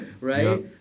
Right